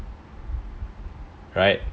right